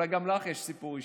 אולי גם לך יש סיפור אישי.